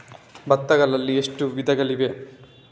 ಭತ್ತಗಳಲ್ಲಿ ಎಷ್ಟು ವಿಧಗಳಿವೆ?